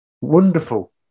Wonderful